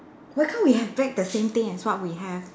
why can't we have beg the same thing as what we have